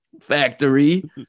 factory